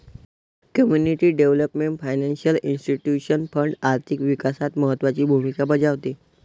community development financial institution fund आर्थिक विकासात महत्त्वाची भूमिका बजावते